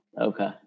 okay